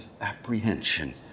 apprehension